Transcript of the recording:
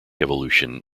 evolution